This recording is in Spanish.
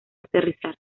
aterrizar